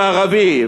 וערבים,